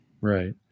Right